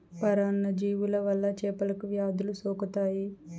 పరాన్న జీవుల వల్ల చేపలకు వ్యాధులు సోకుతాయి